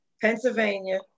Pennsylvania